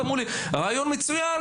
באו ואמרו לי: רעיון מצוין,